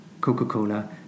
Coca-Cola